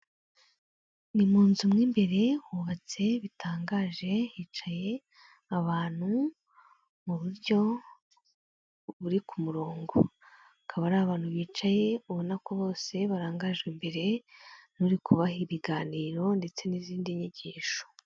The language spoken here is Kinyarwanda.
Ni mu nzu mo imbere hubatse bitangaje, hicaye abantu mu buryo buri ku murongo, akaba ari abantu bicaye ubona ko bose barangajwe imbere n'uri kubaha ibiganiro ndetse n'izindi nyigisho.